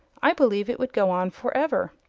i believe it would go on for ever.